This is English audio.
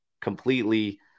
completely